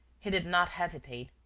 he did not hesitate.